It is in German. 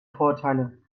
vorurteile